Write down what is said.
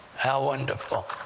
how wonderful!